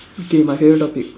K my favourite topic